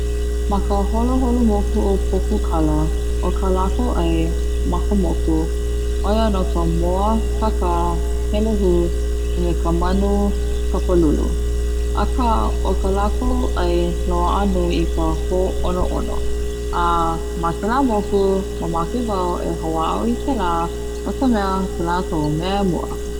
Ma ka holoholo moku o pokukala o ka lakou ai ma ka moku 'o ia no ka moa, kaka, pelehu, me ka manu kapalulu aka o ka lakou ai loa'a nui i i ka ho'ono'ono a ma kela moku mamake wau e ho'a'o i kela no ka mea kela ko'u mea.